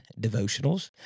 devotionals